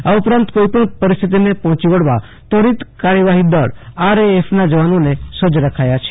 આ ઉપરાંત કોઈપણ પરિસ્થિતિને પહોંચી વળવા ત્વરીત કાર્યવાહી દળ આરએએફના જવાનોને સજ્જ રખાયા છે